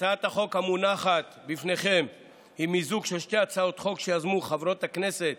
הצעת החוק המונחת בפניכם היא מיזוג של שתי הצעות חוק שיזמו חברות הכנסת